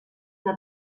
una